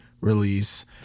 release